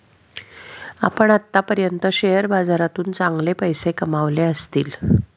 आपण आत्तापर्यंत शेअर बाजारातून चांगले पैसे कमावले असतील